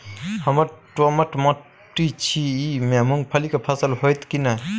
हमर दोमट माटी छी ई में मूंगफली के फसल होतय की नय?